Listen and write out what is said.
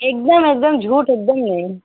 एक दम एक दम झूठ एक दम नहीं